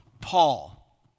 Paul